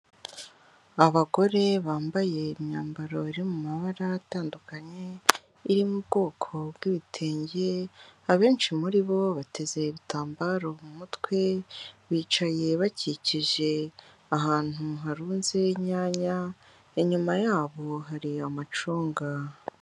Abagore bambaye imyambaro iri mu mabara atandukanye, iri mu bwoko bw'ibitenge, abenshi muri bo bateze ibitambaro mu mutwe, bicaye bakikije ahantu harunze inyanya, inyuma yabo hari amacunga.